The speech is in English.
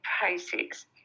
Pisces